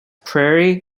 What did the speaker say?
prairie